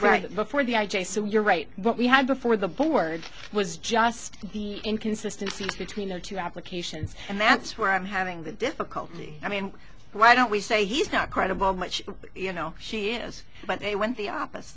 right before the i j so you're right what we had before the board was just the inconsistency between the two applications and that's where i'm having the difficulty i mean why don't we say he's not credible much you know she has but they went the o